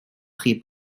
chi